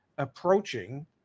approaching